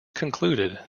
concluded